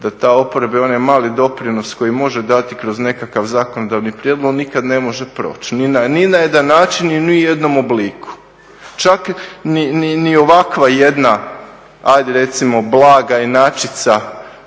da ta oporba i onaj mali doprinos koji može dati kroz nekakav zakonodavni prijedlog nikad ne može proći ni na jedan način i ni u jednom obliku, čak ni ovakva jedna ajde recimo blaga inačica